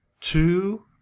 Two